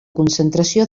concentració